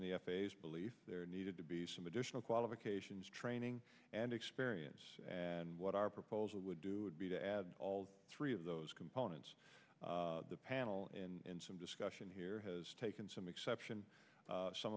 in the f a s belief there needed to be some additional qualifications training and experience and what our proposal would do would be to add all three of those components the panel in some discussion here has taken some exception some